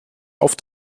auf